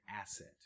asset